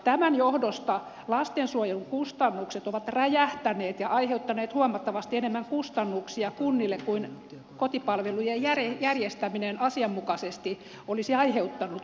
tämän johdosta lastensuojelun kustannukset ovat räjähtäneet ja aiheuttaneet huomattavasti enemmän kustannuksia kunnille kuin kotipalvelujen järjestäminen asianmukaisesti olisi aiheuttanut